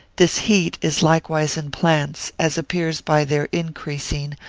this heat is likewise in plants, as appears by their increasing,